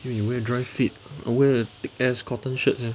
dude you wear dry fit I wear a thick ass cotton shirt sia